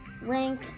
rank